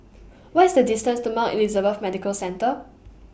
What IS The distance to Mount Elizabeth Medical Centre